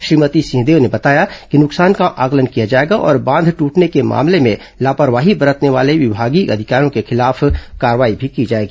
श्रीमती सिंहदेव ने बताया कि नुकसान का आंकलन किया जाएगा और बांध दृटने के मामले में लापरवाही बरतने वाले विभागीय अधिकारियों के खिलाफ कार्रवाई भी की जाएगी